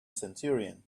centurion